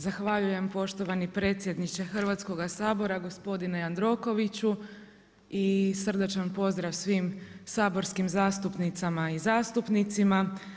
Zahvaljujem poštovani predsjedniče Hrvatskog sabora, gospodine Jandrokoviću i srdačan pozdrav svim saborskim zastupnicama i zastupnicima.